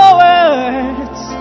words